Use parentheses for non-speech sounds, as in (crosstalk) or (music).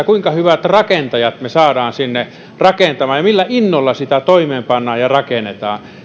(unintelligible) kuinka hyvät rakentajat me saamme sinne rakentamaan ja millä innolla sitä toimeenpannaan ja rakennetaan